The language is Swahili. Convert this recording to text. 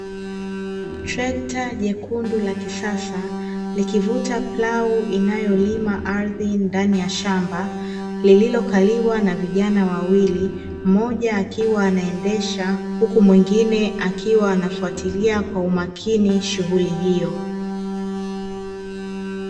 Trekta jekundu la kisasa, likivuta plau inayolima ardhi ndani ya shamba, lililokaliwa na vijana wawili, mmoja akiwa anaendesha, huku mwingine akiwa anafuatilia kwa umakini shughuli hio.